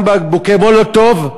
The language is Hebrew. גם בקבוקי מולוטוב,